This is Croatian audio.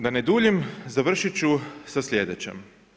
Da ne duljim, završiti ću sa slijedećim.